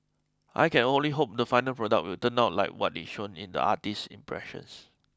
I can only hope the final product will turn out like what is shown in the artist's impressions